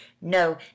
No